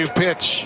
pitch